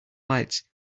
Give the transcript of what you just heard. lights